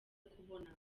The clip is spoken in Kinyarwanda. kubona